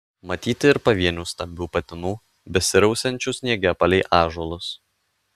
matyti ir pavienių stambių patinų besirausiančių sniege palei ąžuolus